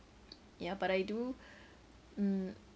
ya but I do mm